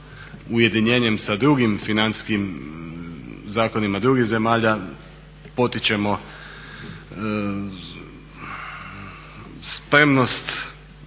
ujedinjenjem sa drugim financijskim zakonima drugih zemalja potičemo spremnost